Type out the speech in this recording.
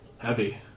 Heavy